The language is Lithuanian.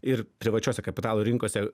ir privačiose kapitalo rinkose